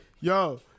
yo